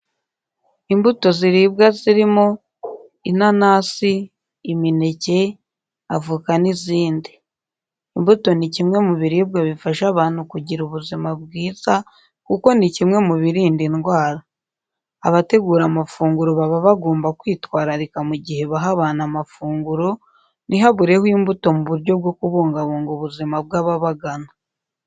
Imbuto ziribwa zirimo: inanasi, imineke, avoka n'izindi. Imbuto ni kimwe biribwa bifasha abantu kugira ubuzima bwiza kuko ni kimwe mu birinda indwara. Abategura amafunguro baba bagomba kwitwararika mu gihe baha abantu amafunguro, ntihabureho imbuto mu buryo bwo kubungabunga ubuzima bw'ababagana.